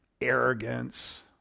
arrogance